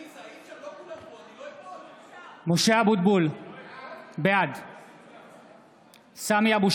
(קורא בשמות חברי הכנסת) סמי אבו